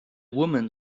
woman